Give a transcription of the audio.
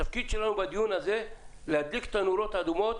התפקיד שלנו בדיון הזה הוא להדליק את הנורות האדומות,